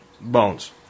bones